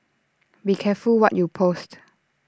be careful what you post